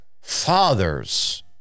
fathers